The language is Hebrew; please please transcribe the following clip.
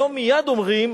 היום מייד אומרים: